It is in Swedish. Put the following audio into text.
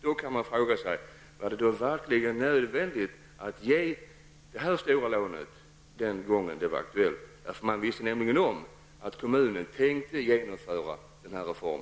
Då kan man fråga sig: Var det verkligen nödvändigt att ge detta stora lån den gången när det var aktuellt? Man visste nämligen om att kommunen tänkte genomföra denna reform.